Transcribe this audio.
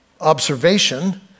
observation